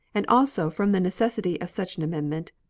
and also from the necessity of such an amendment,